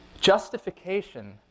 justification